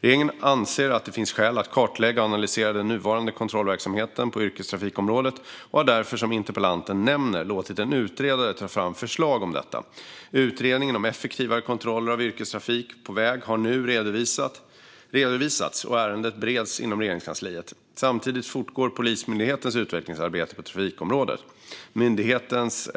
Regeringen anser att det finns skäl att kartlägga och analysera den nuvarande kontrollverksamheten på yrkestrafikområdet och har därför, som interpellanten nämner, låtit en utredare ta fram förslag om detta. Utredningen om effektivare kontroller av yrkestrafik på väg har nu redovisats, och ärendet bereds inom Regeringskansliet. Samtidigt fortgår Polismyndighetens utvecklingsarbete på trafikområdet. Myndighetens